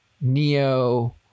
neo